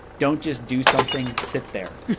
don't just do something sit there